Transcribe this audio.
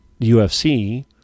UFC